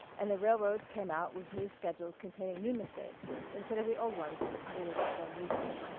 and the railroads came out with new schedules containing new mistakes instead of the old ones that the commuters had grown used to.